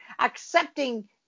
Accepting